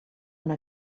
una